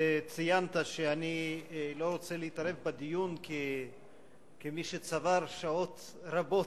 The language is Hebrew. ציינת שאני לא רוצה להתערב בדיון כמי שצבר שעות רבות,